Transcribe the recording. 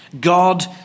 God